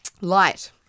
light